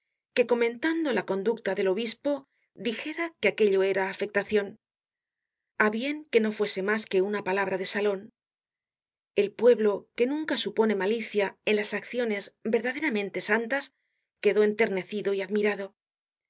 que comentando la conducta del obispo dijera que aquello era afectacion a bien que no fue mas que una palabra de salon el pueblo que nunca supone malicia en las acciones verdaderamente santas quedó enternecido y admirado en